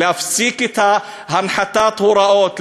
להפסיק את הנחתת ההוראות,